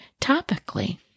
topically